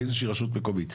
באיזו שהיא רשות מקומית,